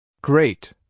Great